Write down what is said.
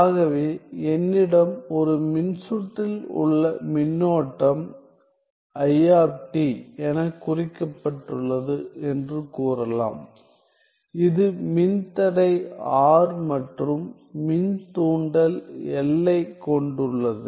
ஆகவே என்னிடம் ஒரு மின்சுற்றில் உள்ள மின்னோட்டம் I எனக் குறிக்கப்பட்டுள்ளது என்று கூறலாம் இது மின்தடை R மற்றும் மின்தூண்டல் L ஐக் கொண்டுள்ளது